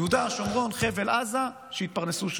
יהודה ושומרון, חבל עזה, שיתפרנסו שם.